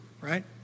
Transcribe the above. right